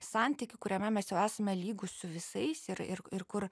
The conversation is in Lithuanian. santykį kuriame mes jau esame lygūs su visais ir ir ir kur